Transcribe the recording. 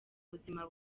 buzima